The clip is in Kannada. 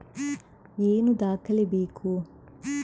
ಏನು ದಾಖಲೆ ಬೇಕು?